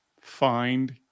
find